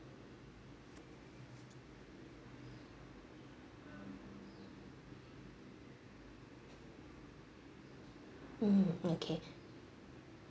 mm okay